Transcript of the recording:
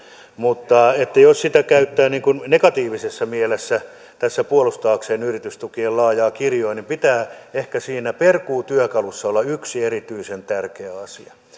mutta jos niitä käyttää niin kuin negatiivisessa mielessä tässä kun puolustaa yritystukien laajaa kirjoa niin pitää ehkä siinä perkuutyökalussa ottaa huomioon yksi erityisen tärkeä asia se